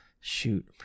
shoot